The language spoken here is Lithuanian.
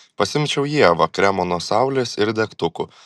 pasiimčiau ievą kremo nuo saulės ir degtukų